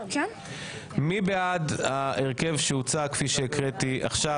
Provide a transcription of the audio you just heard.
מי בעד ההרכב שהוצע כפי שהקראתי עכשיו?